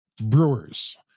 Brewers